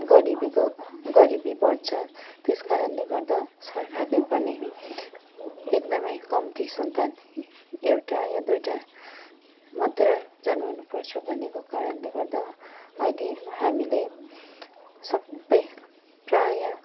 गरिबीको गरिबी बढ्छ त्यस कारणले गर्दा सरकारले पनि एकदमै कम्ती सन्तान एउटा वा दुइवटा मात्रै जन्माउनु पर्छ भनेको कारणले गर्दा अहिले हामीले सबै प्रायः